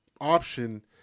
option –